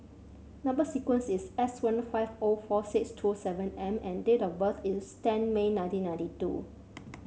number sequence is S one five O four six two seven M and date of birth is ten May nineteen ninety two